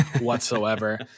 whatsoever